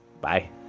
Bye